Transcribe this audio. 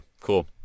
cool